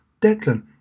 Declan